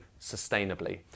sustainably